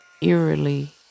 eerily